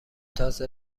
تازه